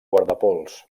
guardapols